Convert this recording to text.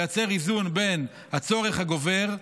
לייצר איזון בין הצורך הגובר,